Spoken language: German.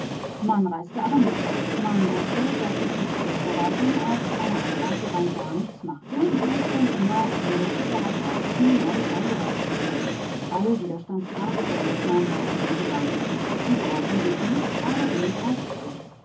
man reiste aber nicht ab man wußte daß sich die kurverwaltung aus einer abreise rein gar nichts machte weil schon immer hunderte darauf warteten neu eingereiht zu werden alle widerstandskraft verliert man bei dem gedanken sie brauchen dich nicht du aber brauchst sie